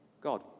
God